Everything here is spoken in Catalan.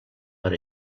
per